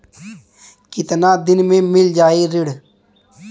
कितना दिन में मील जाई ऋण?